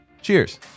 Cheers